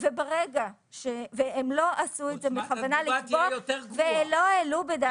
הם לא עשו את זה בכוונה ולא העלו בדעתם -- התגובה תהיה יותר גרועה.